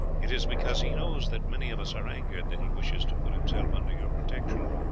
it is because he knows that many of us are angered that he wishes to put himself under your protection.